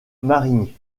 marigny